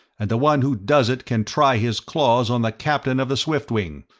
and the one who does it can try his claws on the captain of the swiftwing!